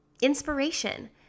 inspiration